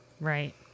Right